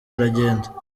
aragenda